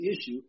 issue